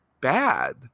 bad